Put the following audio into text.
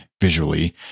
visually